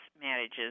manages